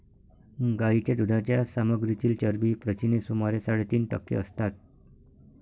गायीच्या दुधाच्या सामग्रीतील चरबी प्रथिने सुमारे साडेतीन टक्के असतात